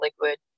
liquid